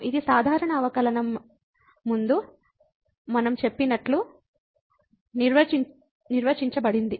ఇది సాధారణ అవకలనం ముందు మనం చెప్పినట్లు నిర్వచించబడింది